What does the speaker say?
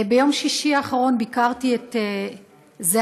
ביום שישי האחרון ביקרתי את זהבה,